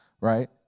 right